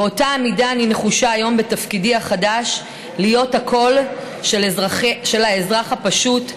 באותה המידה אני נחושה היום בתפקידי החדש להיות הקול של האזרח הפשוט,